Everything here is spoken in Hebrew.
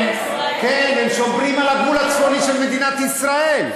הם שומרים על הגבול הצפוני של מדינת ישראל.